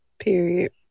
Period